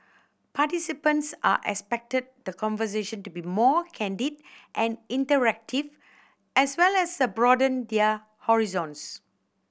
participants are expect the conversation to be more candid and interactive as well as broaden their horizons